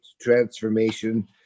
transformation